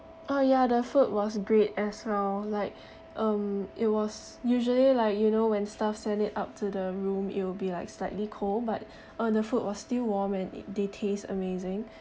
ah ya the food was great as well like um it was usually like you know when staff send it up to the room it'll be like slightly cold but uh the food was still warm and it they taste amazing